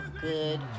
good